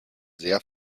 sehr